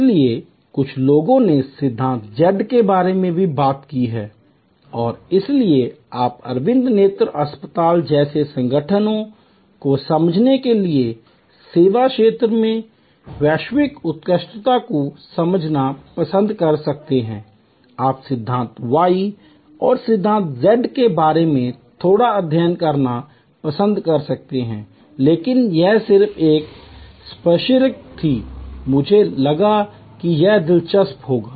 इसलिए कुछ लोगों ने सिद्धांत Z के बारे में बात की है और इसलिए आप अरविंद नेत्र अस्पताल जैसे संगठनों को समझने के लिए सेवा क्षेत्र में वैश्विक उत्कृष्टता को समझना पसंद कर सकते हैं आप सिद्धांत Y और सिद्धांत Z के बारे में थोड़ा अध्ययन करना पसंद कर सकते हैं लेकिन यह सिर्फ एक स्पर्शरेखा थी मुझे लगा कि यह दिलचस्प होगा